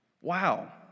Wow